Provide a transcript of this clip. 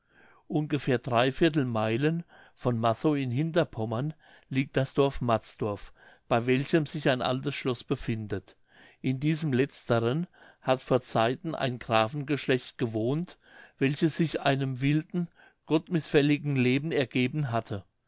ungefähr dreiviertel meilen von massow in hinterpommern liegt das dorf matzdorf bei welchem sich ein altes schloß befindet in diesem letztern hat vor zeiten ein grafengeschlecht gewohnt welches sich einem wilden gott mißfälligen leben ergeben hatte